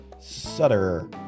Sutter